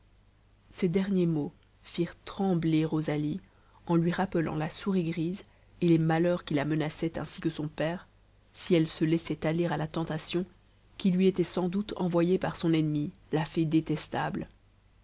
ces derniers mots firent trembler rosalie en lui rappelant la souris grise et les malheurs qui la menaçaient ainsi que son père si elle se laissait aller à la tentation qui lui était sans doute envoyée par son ennemie la fée détestable